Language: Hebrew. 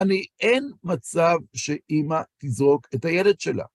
אין מצב שאימא תזרוק את הילד שלה.